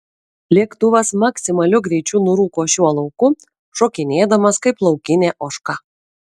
lėktuvas maksimaliu greičiu nurūko šiuo lauku šokinėdamas kaip laukinė ožka